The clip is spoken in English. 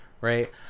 Right